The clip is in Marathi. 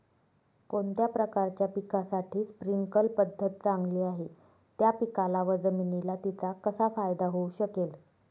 कोणत्या प्रकारच्या पिकासाठी स्प्रिंकल पद्धत चांगली आहे? त्या पिकाला व जमिनीला तिचा कसा फायदा होऊ शकेल?